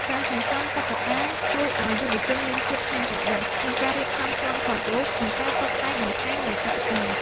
ការសន្សំតុក្កតាជួយឱ្យយុវជនមានភាពច្នៃប្រឌិតក្នុងការរៀបចំប្លង់ថតរូប និងការតុបតែងបន្ថែមលើតុក្កតា។